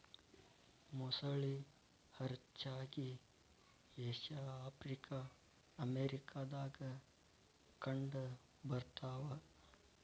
ಮೊಸಳಿ ಹರಚ್ಚಾಗಿ Asia Africa America ದಾಗ ಕಂಡ ಬರತಾವ